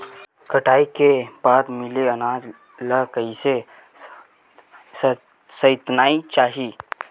कटाई के बाद मिले अनाज ला कइसे संइतना चाही?